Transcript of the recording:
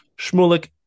Shmulek